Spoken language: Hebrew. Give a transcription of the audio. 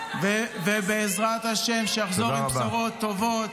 ובעזרת השם, שיחזור עם בשורות טובות.